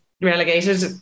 relegated